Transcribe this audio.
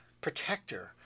protector